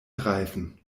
reifen